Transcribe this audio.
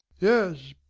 yes,